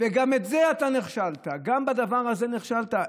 וגם בזה אתה נכשלת, גם בדבר הזה נכשלת.